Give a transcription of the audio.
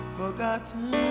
forgotten